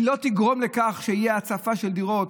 היא לא תגרום לכך שתהיה הצפה של דירות,